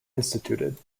instituted